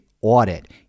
audit